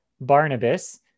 Barnabas